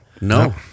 No